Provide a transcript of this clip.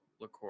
liqueur